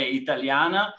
italiana